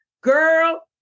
Girl